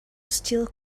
still